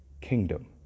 kingdom